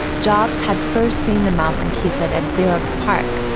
jobs had first seen the mouse and keyset at xerox parc,